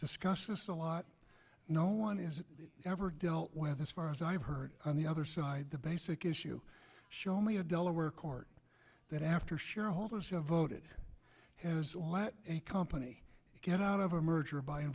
discuss this a lot no one is ever dealt with as far as i've heard on the other side the basic issue show me a delaware court that after shareholders have voted has what a company get out of a merger by in